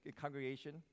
congregation